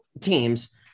teams